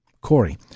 Corey